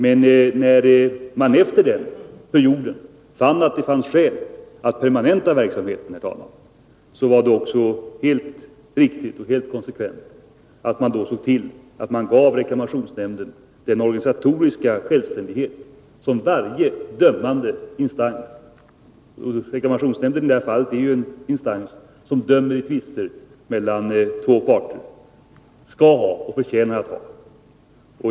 Men när man efter den perioden fann att det förelåg skäl att permanenta verksamheten, så var det också helt riktigt och konsekvent att se till att man gav reklamationsnämnden den organisatoriska självständighet som varje dömande instans — och reklamationsnämnden är ju i det här fallet en instans som dömer i tvister mellan två parter — skall ha och förtjänar att ha.